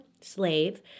slave